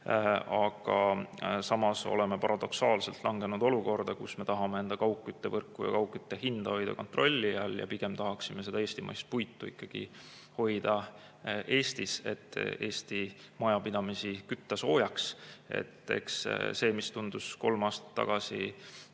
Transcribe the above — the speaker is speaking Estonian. Samas oleme paradoksaalselt langenud olukorda, kus me tahame enda kaugküttevõrku ja kaugkütte hinda hoida kontrolli all ja pigem tahaksime eestimaist puitu ikkagi hoida Eestis, et kütta soojaks Eesti majapidamisi. Eks see, mis tundus kolm aastat tagasi